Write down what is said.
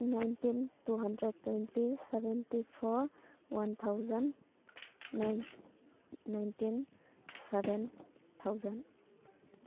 nineteen two hundred twenty seventy four one thousand nineteen seven thousand